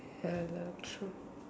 ya lah true